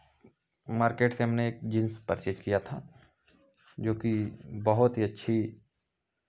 market से हमने एक जींस पर्चेज़ किया था जो कि बहुत ही अच्छी